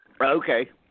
Okay